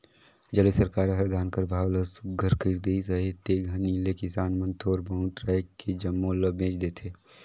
जब ले सरकार हर धान कर भाव ल सुग्घर कइर देहिस अहे ते घनी ले किसान मन थोर बहुत राएख के जम्मो ल बेच देथे